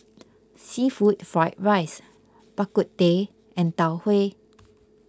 Seafood Fried Rice Bak Kut Teh and Tau Huay